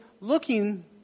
looking